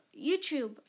YouTube